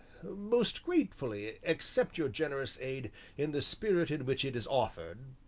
most gratefully accept your generous aid in the spirit in which it is offered,